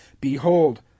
Behold